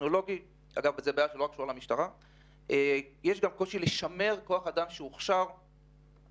ובשימורו במשטרה בשל הפערים בשכר שמוצע למועמדים למערך.